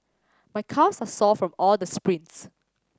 my calves are sore from all the sprints